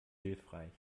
hilfreich